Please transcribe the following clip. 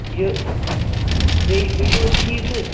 یہِ بیٚیہِ بیٚیہِ چھُو حظ ٹھیٖک تُہۍ